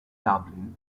dublin